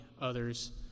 others